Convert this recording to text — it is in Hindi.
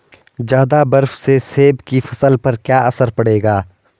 ज़्यादा बर्फ से सेब की फसल पर क्या असर पड़ेगा?